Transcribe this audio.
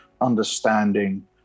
understanding